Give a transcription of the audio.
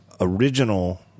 original